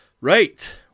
Right